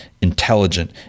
intelligent